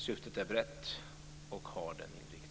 Syftet är brett och har den inriktningen.